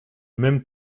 même